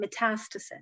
metastasis